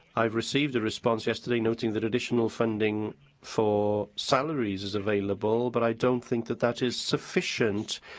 i've received a response yesterday noting that additional funding for salaries is available, but i don't think that that is sufficient,